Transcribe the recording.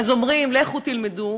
אז אומרים: לכו תלמדו,